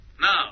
Now